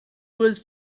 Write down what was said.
was